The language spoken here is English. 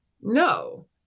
No